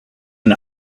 and